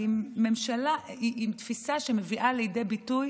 היא תפיסה שמביאה לידי ביטוי